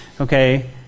Okay